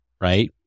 right